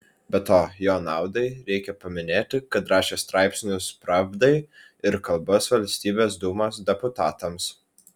be to jo naudai reikia paminėti kad rašė straipsnius pravdai ir kalbas valstybės dūmos deputatams